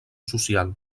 social